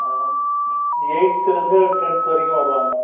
எயித்தில் இருந்து டென்த் வரைக்கும் வருவாங்க